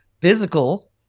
physical